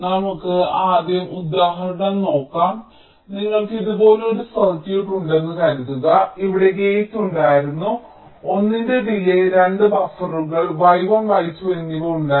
നമുക്ക് ആദ്യം ഉദാഹരണം നോക്കാം നിങ്ങൾക്ക് ഇതുപോലൊരു സർക്യൂട്ട് ഉണ്ടെന്ന് കരുതുക ഇവിടെ ഗേറ്റ് ഉണ്ടായിരുന്നു 1 ന്റെ ഡിലേയ് 2 ബഫറുകൾ y1 y2 എന്നിവ ഉണ്ടായിരുന്നു